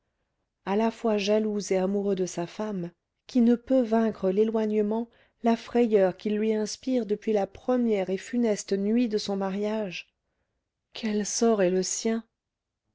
à la fois jaloux et amoureux de sa femme qui ne peut vaincre l'éloignement la frayeur qu'il lui inspire depuis la première et funeste nuit de son mariage quel sort est le sien